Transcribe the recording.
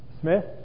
Smith